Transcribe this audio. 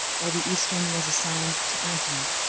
while the eastern was assigned to antony.